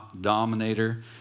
dominator